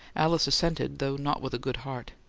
alice assented, though not with a good heart.